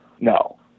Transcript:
No